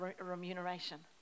remuneration